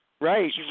Right